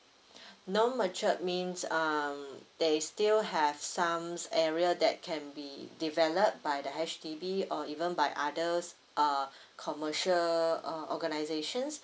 non matured means um they still have some area that can be developed by the H_D_B or even by others uh commercial uh organizations